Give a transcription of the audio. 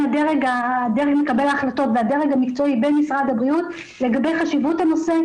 דרג מקבלי ההחלטות והדרג המקצועי במשרד הבריאות לגבי חשיבות הנושא,